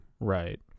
Right